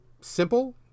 simple